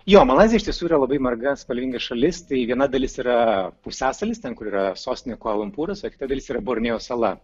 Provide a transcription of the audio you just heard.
jo malaizija iš tiesų yra labai marga spalvinga šalis tai viena dalis yra pusiasalis ten kur yra sostinė kvala lumpūras o kita dalis yra borneo sala